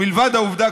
מלבד העובדה,